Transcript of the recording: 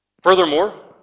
Furthermore